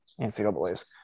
NCAAs